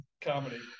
comedy